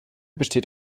besteht